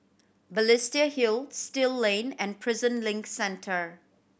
Balestier Hill Still Lane and Prison Link Centre